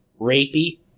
rapey